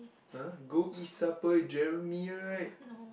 !huh! go eat supper with Jeremy right